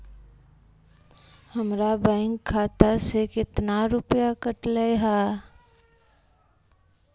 हमरा बैंक खाता से कतना रूपैया कटले है?